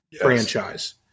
franchise